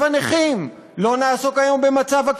לא נעסוק היום במצב הנכים,